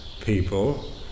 people